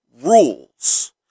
rules